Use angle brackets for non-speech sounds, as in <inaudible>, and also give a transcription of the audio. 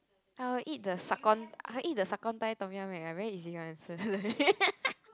I will eat the sakhon I will eat the sakhon Thai Tom-Yum I'm very easy one it's hilarious <laughs>